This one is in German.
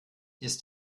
ist